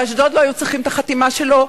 באשדוד לא היו צריכים את החתימה שלו,